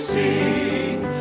sing